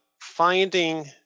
finding